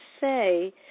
say